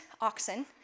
oxen